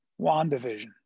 WandaVision